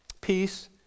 Peace